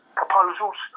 proposals